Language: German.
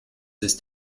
ist